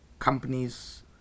companies